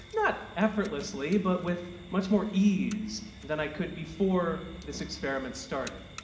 not effortlessly, but with much more ease than i could before this experiment started.